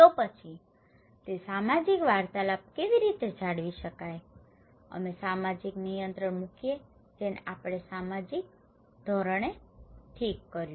તો પછી તે સામાજિક વાર્તાલાપ કેવી રીતે જાળવી શકાય અમે સામાજિક નિયંત્રણ મૂકીએ જેને આપણે સામાજિક ધોરણોને ઠીક કહ્યું